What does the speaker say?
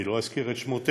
אני לא אזכיר את שמותיהם,